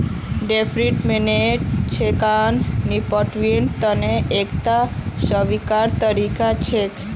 deferred payment ऋणक निपटव्वार तने एकता स्वीकृत तरीका छिके